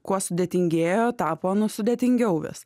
kuo sudėtingėjo tapo nu sudėtingiau vis